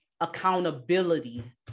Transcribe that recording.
accountability